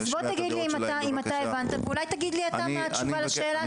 אז בוא תגיד לי אם אתה הבנת ואולי תגיד לי אתה מה התשובה לשאלה שלי.